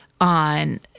on